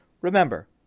remember